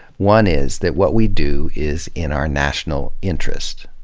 one is, that what we do is in our national interest.